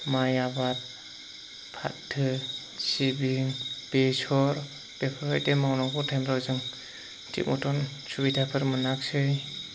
माइ आबाद फाथो सिबिं बेसर बेफोरबायदि मावनांगौ टाइमफ्राव जों थिख मथन सुबिदाफोर मोनासै